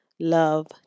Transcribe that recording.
Love